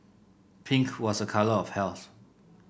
pink was a colour of health